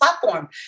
platform